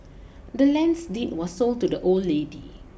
the land's deed was sold to the old lady